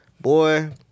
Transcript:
boy